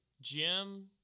Jim